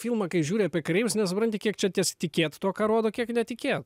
filmą kai žiūri apie kareivius nesupranti kiek čia ties tikėt tuo ką rodo kiek netikėt